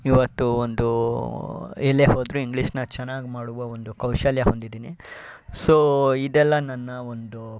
ಇವತ್ತು ಒಂದು ಎಲ್ಲೇ ಹೋದರೂ ಇಂಗ್ಲೀಷನ್ನ ಚೆನ್ನಾಗಿ ಮಾಡುವ ಒಂದು ಕೌಶಲ್ಯ ಹೊಂದಿದ್ದೀನಿ ಸೊ ಇದೆಲ್ಲ ನನ್ನ ಒಂದು